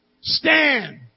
Stand